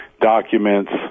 documents